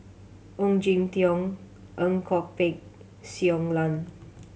Ong Jin Teong Ang Kok Peng Shui Lan